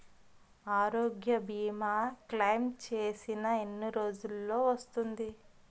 ఆరోగ్య భీమా క్లైమ్ చేసిన ఎన్ని రోజ్జులో వస్తుంది?